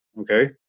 okay